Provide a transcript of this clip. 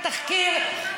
את התחקיר,